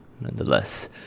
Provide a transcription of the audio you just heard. nonetheless